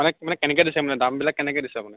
মানে মানে কেনেকৈ দিছে মানে দামবিলাক কেনেকৈ দিছে আপুনি